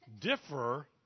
differ